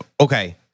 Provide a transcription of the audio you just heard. Okay